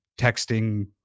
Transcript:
texting